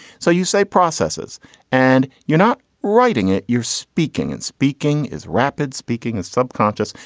so you say processes and you're not writing it. you're speaking and speaking is rapid speaking and subconscious.